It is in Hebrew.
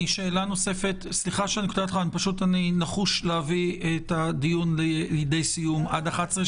אני נחוש להביא את הדיון לידי סיום עד 11:00,